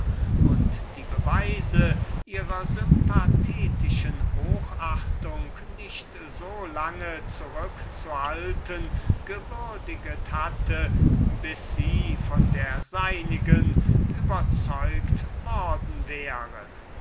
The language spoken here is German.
und die beweise ihrer sympathetischen hochachtung nicht so lange zurückzuhalten gewürdiget hatte bis sie von der seinigen überzeugt worden wäre